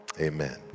amen